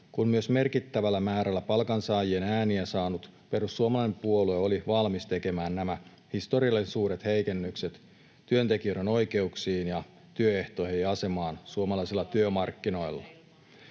kun myös merkittävällä määrällä palkansaajien ääniä saanut perussuomalainen puolue oli valmis tekemään nämä historiallisen suuret heikennykset työntekijöiden oikeuksiin ja työehtoihin ja asemaan suomalaisilla työmarkkinoilla.